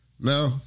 No